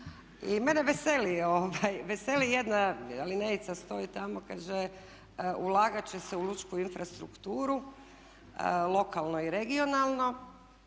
Mene veseli, jedna alinejica stoji tamo i kaže: "Ulagat će se u lučku infrastrukturu lokalno i regionalno."